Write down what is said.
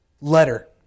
letter